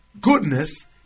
goodness